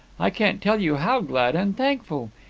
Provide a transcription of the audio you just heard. i can't tell you how glad and thankful.